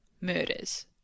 murders